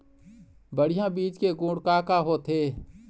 बढ़िया बीज के गुण का का होथे?